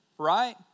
right